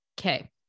Okay